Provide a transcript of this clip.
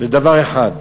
לדבר אחד: